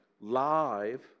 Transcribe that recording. live